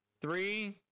Three